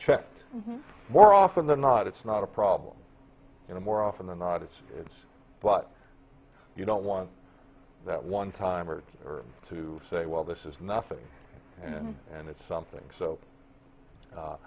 checked more often than not it's not a problem and more often than not it's its but you don't want that one time or two to say well this is nothing and and it's something so